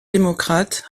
démocrate